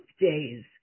days